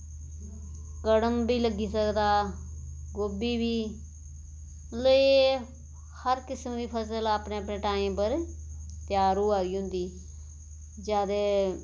कड़म बी लग्गी सकदा गोभी बी हर किस्म दी फसल अपनी अपनी टाइम पर त्यार होआ दी होंदी ज्यादे